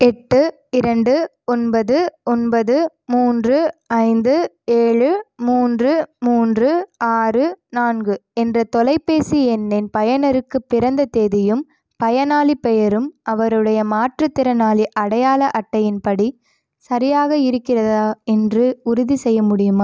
எட்டு இரண்டு ஒன்பது ஒன்பது மூன்று ஐந்து ஏழு மூன்று மூன்று ஆறு நான்கு என்ற தொலைபேசி எண்ணின் பயனருக்கு பிறந்த தேதியும் பயனாளிப் பெயரும் அவருடைய மாற்றுத்திறனாளி அடையாள அட்டையின்படி சரியாக இருக்கிறதா என்று உறுதி செய்ய முடியுமா